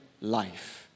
life